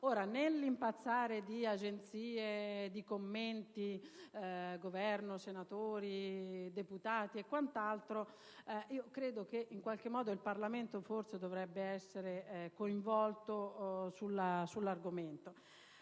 Nell'impazzare di agenzie, di commenti del Governo, di senatori, deputati e quant'altro, credo che il Parlamento forse dovrebbe essere coinvolto sull'argomento.